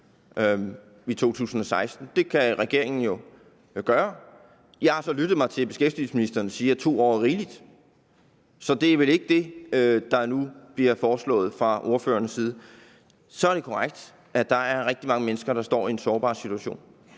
det. Det kan regeringen gøre. Jeg har så lyttet mig til, at beskæftigelsesministeren siger, at 2 år er rigeligt, så det er vel ikke det, der nu bliver foreslået fra ordførerens side. Det er korrekt, at der er rigtig mange mennesker, der står i en sårbar situation.